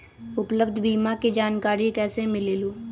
उपलब्ध बीमा के जानकारी कैसे मिलेलु?